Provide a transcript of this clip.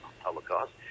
Holocaust